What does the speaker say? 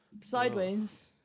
sideways